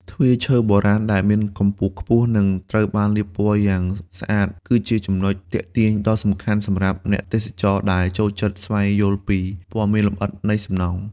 ទ្វារឈើបុរាណដែលមានកម្ពស់ខ្ពស់ និងត្រូវបានលាបពណ៌យ៉ាងស្អាត គឺជាចំណុចទាក់ទាញដ៏សំខាន់សម្រាប់អ្នកទេសចរដែលចូលចិត្តស្វែងយល់ពីព័ត៌មានលម្អិតនៃសំណង់។